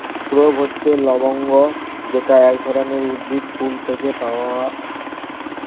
clove হচ্ছে লবঙ্গ যেটা এক ধরনের উদ্ভিদের ফুল থেকে পাওয়া